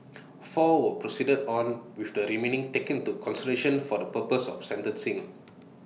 four were proceeded on with the remaining taken into consideration for the purposes of sentencing